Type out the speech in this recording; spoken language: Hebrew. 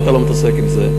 ואתה לא מתעסק עם זה.